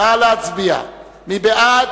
מי בעד?